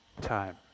time